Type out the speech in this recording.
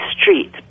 street